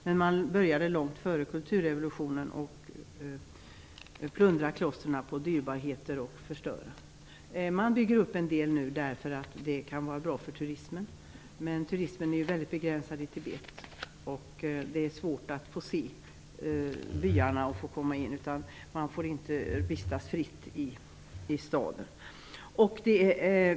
Men man började också långt före kulturrevolutionen med att plundra klostren på dyrbarheter och med att förstöra dem. Nu byggs en del av dem upp, därför att de kan vara bra för turismen. Men turismen i Tibet är väldigt begränsad. Dessutom är det svårt att få se byarna och att få komma in där. Man får inte heller vistas fritt i staden.